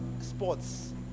sports